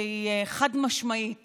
שהיא חד-משמעית